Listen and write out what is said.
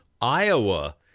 Iowa